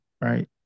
right